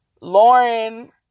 Lauren